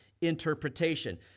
interpretation